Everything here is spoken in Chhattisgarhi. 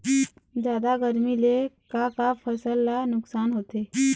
जादा गरमी ले का का फसल ला नुकसान होथे?